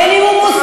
בין שהוא מוסלמי,